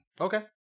Okay